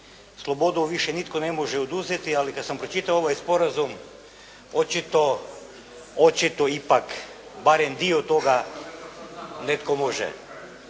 slobodu više nitko ne može oduzeti, ali kad sam pročitao ovaj sporazum očito ipak barem dio toga netko može.